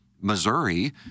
Missouri